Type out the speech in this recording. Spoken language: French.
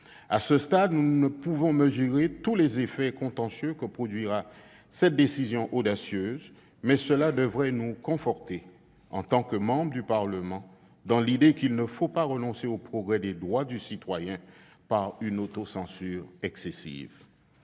À ce stade, nous ne pouvons mesurer tous les effets contentieux que produira cette décision audacieuse, mais cela devrait nous conforter, en tant que membres du Parlement, dans l'idée qu'il ne faut pas renoncer au progrès des droits du citoyen en faisant preuve d'une autocensure excessive.